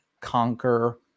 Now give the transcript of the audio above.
conquer